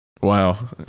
Wow